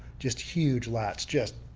just huge lats just.